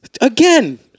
Again